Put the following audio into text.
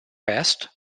best